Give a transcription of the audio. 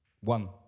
One